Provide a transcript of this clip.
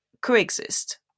coexist